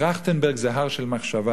טרכטנברג זה "הר של מחשבה",